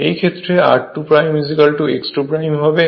এই ক্ষেত্রে r2 x2 হবে